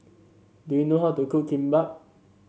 do you know how to cook Kimbap